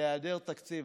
בהיעדר תקציב,